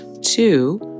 Two